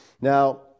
Now